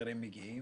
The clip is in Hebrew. מגיעים